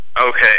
Okay